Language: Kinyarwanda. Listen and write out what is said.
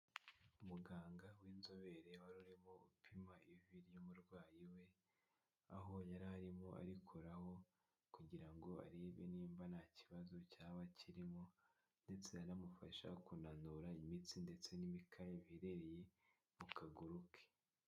Umuganga w'inzobere wari urimo upima ivi ry'umurwayi we, aho yari arimo arikoraho, kugira ngo arebe nimba nta kibazo cyaba kirimo, ndetse anamufasha kunanura imitsi, ndetse n'imikaya, biherereye mu kaguru ke.